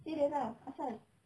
serious ah asal